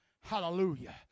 Hallelujah